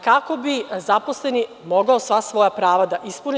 Kako bi zaposleni mogao sva svoja prava da ispuni.